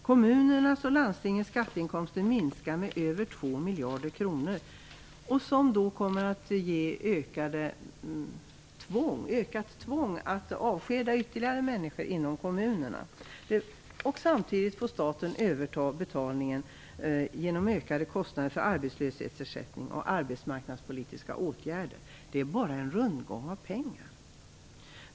Kommunernas och landstingens skatteinkomster minskar med över 2 miljarder, vilket kommer att leda till ett ökat tvång att avskeda ytterligare människor inom kommunerna. Samtidigt får staten överta betalningen genom ökade kostnader för arbetslöshetsersättning och arbetsmarknadspolitiska åtgärder. Det är bara en rundgång av pengar.